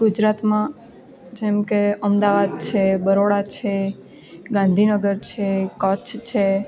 ગુજરાતમાં જેમકે અમદાવાદ છે બરોડા છે ગાંધીનગર છે કચ્છ છે